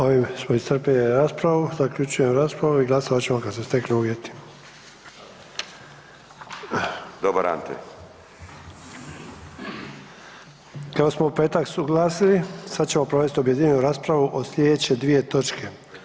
Ovim smo iscrpili raspravu, zaključujem raspravu i glasovat ćemo kad se steknu uvjeti [[Upadica: Dobar Ante.]] Kako smo u petak suglasili, sada ćemo provesti objedinjenu raspravu o sljedeće dvije točke.